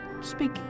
speak